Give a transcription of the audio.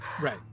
Right